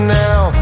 now